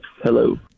hello